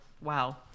wow